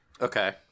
Okay